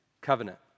covenant